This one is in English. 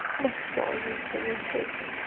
much sorrowing for my sins